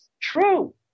true